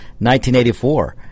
1984